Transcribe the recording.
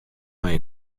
mei